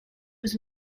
was